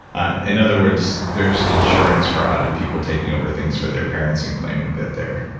and other words, there's insurance fraud and people taking over things for their parents and claiming that they're.